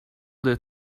that